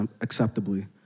acceptably